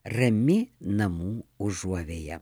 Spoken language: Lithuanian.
rami namų užuovėja